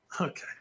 Okay